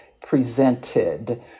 presented